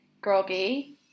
groggy